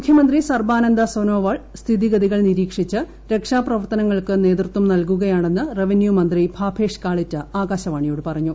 മുഖ്യമന്ത്രി സർബാന്ദി ക്രെസാനോവാൾ സ്ഥിതിഗതികൾ നിരീ ക്ഷിച്ച് രക്ഷാപ്രവർത്ത്നങ്ങൾക്ക് നേതൃത്വം നൽകുകയാണെന്ന് റവന്യൂ മന്ത്രി ഭാഭേഷ് കാളിറ്റ ആകാശവാണിയോട് പറഞ്ഞു